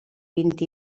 vint